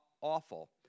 awful